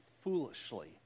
foolishly